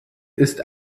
ist